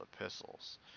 epistles